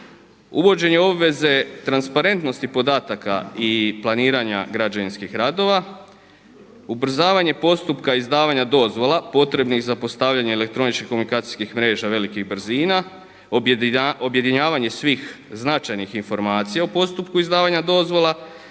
uvođenje obveze transparentnosti podataka, građevinskih radova, ubrzavanje postupka izdavanja dozvola potrebnih za postavljanje elektroničkih komunikacijskih mreža velikih brzina, objedinjavanje svih značajnih informacija u postupku izdavanja dozvola